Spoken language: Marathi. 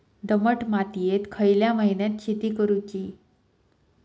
दमट मातयेत खयल्या महिन्यात शेती करुची?